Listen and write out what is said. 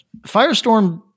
Firestorm